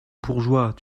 bourgeois